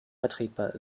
vertretbar